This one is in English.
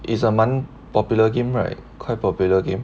it's a 蛮 popular game right quite popular game